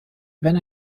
wenn